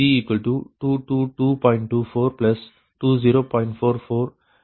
2420